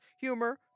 humor